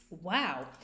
wow